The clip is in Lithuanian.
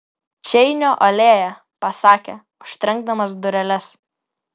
čeinio alėja pasakė užtrenkdamas dureles